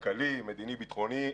כלכלי, מדיני-ביטחוני.